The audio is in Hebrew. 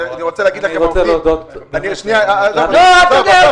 אני רוצה לומר לך דבר